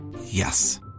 Yes